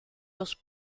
dos